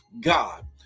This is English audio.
God